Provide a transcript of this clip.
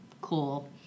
cool